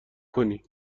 کنی